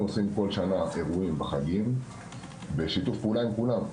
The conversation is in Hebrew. אנחנו עושים כל שנה אירועים בחגים בשיתוף פעולה עם כולם,